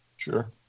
Sure